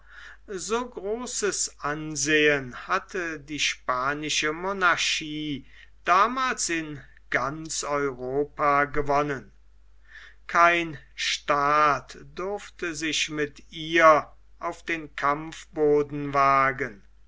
so großes ansehen hatte die spanische monarchie damals in ganz europa gewonnen kein staat durfte sich mit ihr auf den kampfboden wagen